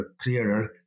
clearer